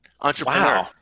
Entrepreneur